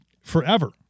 forever